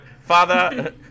Father